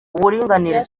uburinganire